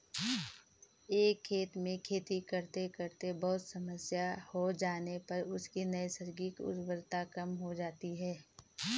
एक खेत में खेती करते करते बहुत समय हो जाने पर उसकी नैसर्गिक उर्वरता कम हो जाती है